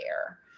air